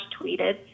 tweeted